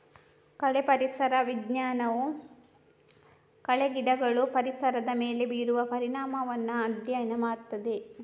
ಕಳೆ ಪರಿಸರ ವಿಜ್ಞಾನವು ಕಳೆ ಗಿಡಗಳು ಪರಿಸರದ ಮೇಲೆ ಬೀರುವ ಪರಿಣಾಮವನ್ನ ಅಧ್ಯಯನ ಮಾಡ್ತದೆ